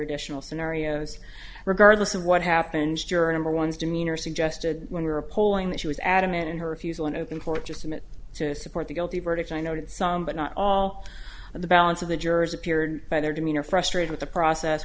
additional scenarios regardless of what happened juror number one's demeanor suggested when we were polling that she was adamant in her refusal in open court just a bit to support the guilty verdict i noted some but not all of the balance of the jurors appeared by their demeanor frustrated with the process